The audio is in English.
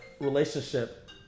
relationship